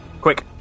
Quick